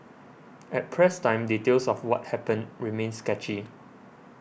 at press time details of what happened remained sketchy